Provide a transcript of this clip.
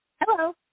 Hello